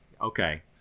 Okay